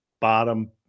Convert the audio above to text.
bottom